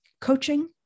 Coaching